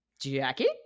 Jackie